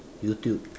YouTube